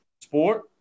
sport